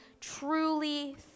truly